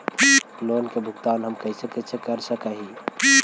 Loan के भुगतान हम कैसे कैसे कर सक हिय?